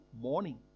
morning